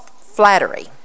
flattery